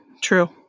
True